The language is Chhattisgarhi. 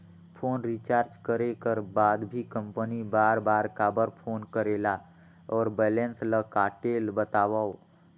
फोन रिचार्ज करे कर बाद भी कंपनी बार बार काबर फोन करेला और बैलेंस ल काटेल बतावव?